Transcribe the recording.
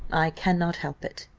i cannot help it,